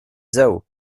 zhao